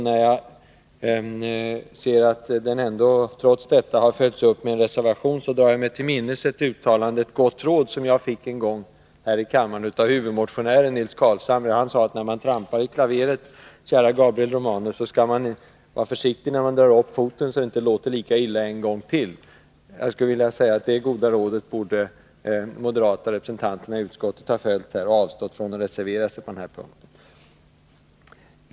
När jag ser att den ändå har följts upp av en reservation drar jag mig till minnes ett gott råd som jag fick en gång här i kammaren av huvudmotionären Nils Carlshamre. Han sade: När man trampar i klaveret, kära Gabriel Romanus, skall man vara försiktig när man drar upp foten, så att det inte låter lika illa en gång till. Det goda rådet borde de moderata representanterna i utskottet ha följt och avstått från att reservera sig på den här punkten.